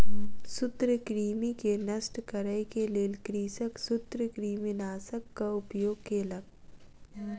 सूत्रकृमि के नष्ट करै के लेल कृषक सूत्रकृमिनाशकक उपयोग केलक